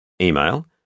Email